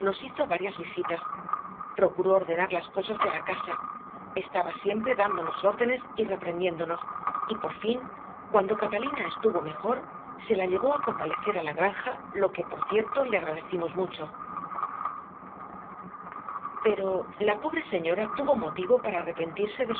hizo varias visitas procuró ordenar las cosas de la casa estaba siempre dándonos órdenes y reprendiéndonos y por fin cuando catalina estuvo mejor se la llevó a convalecer a la granja lo que por cierto le agradecimos mucho pero la pobre señora tuvo motivo para arrepentirse de